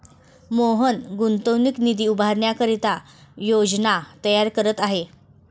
मोहन गुंतवणूक निधी उभारण्याकरिता योजना तयार करत आहे